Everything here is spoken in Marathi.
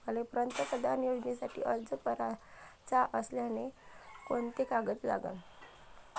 मले पंतप्रधान योजनेसाठी अर्ज कराचा असल्याने कोंते कागद लागन?